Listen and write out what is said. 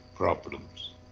problems